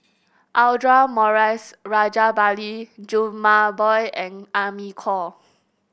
Audra Morrice Rajabali Jumabhoy and Amy Khor